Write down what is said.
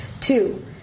Two